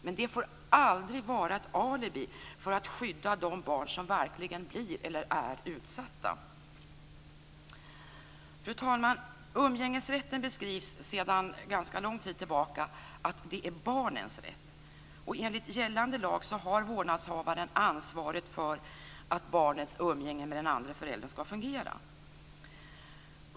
Men det får aldrig vara ett alibi för att underlåta att skydda de barn som verkligen blir eller är utsatta. Fru talman! Umgängesrätten beskrivs sedan ganska lång tid tillbaka som barnens rätt. Enligt gällande lag har vårdnadshavaren ansvaret för att barnets umgänge med den andra föräldern ska fungera.